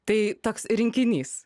tai toks rinkinys